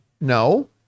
No